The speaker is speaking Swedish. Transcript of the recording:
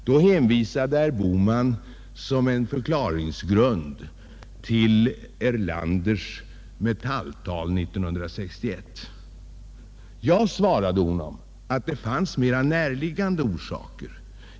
: Då hänvisade herr Bohman som en förklaringsgrund till Erlanders Metalltal 1961. Jag svarade honom att det fanns mera näraliggande orsaker.